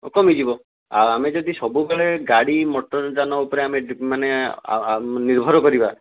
କମିଯିବ ଆଉ ଆମେ ଯଦି ସବୁବେଳେ ଗାଡ଼ି ମୋଟର ଯାନ ଉପରେ ମାନେ ସବୁବେଳେ ମାନେ ନିର୍ଭର କରିବା